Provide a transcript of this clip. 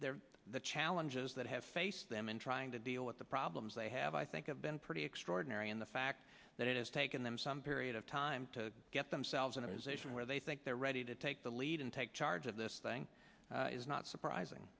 it's the challenges that have faced them in trying to deal with the problems they have i think i've been pretty extraordinary in the fact that it has taken them some period of time to get themselves in a position where they think they're ready to take the lead and take charge of this thing is not surprising